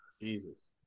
Jesus